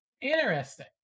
interesting